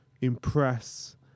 impress